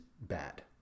bad